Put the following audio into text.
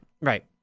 Right